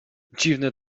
dziwny